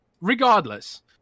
regardless